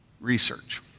Research